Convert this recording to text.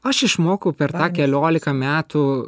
aš išmokau per tą keliolika metų